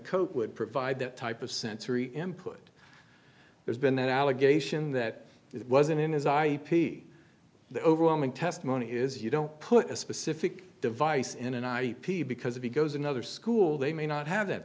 coke would provide that type of sensory input there's been an allegation that it wasn't in his ip the overwhelming testimony is you don't put a specific device in an ip because if he goes another school they may not have that